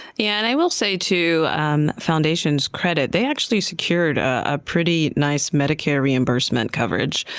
yeah and i will say, to um foundation's credit, they actually secured a pretty nice medicare reimbursement coverage.